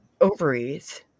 ovaries